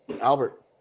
albert